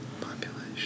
Population